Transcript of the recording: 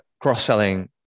cross-selling